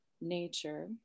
nature